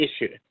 issue